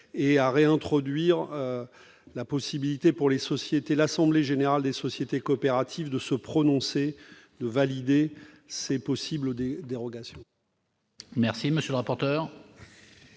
et à réintroduire la faculté pour l'assemblée générale des sociétés coopératives de se prononcer sur ces possibles dérogations